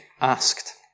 asked